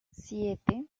siete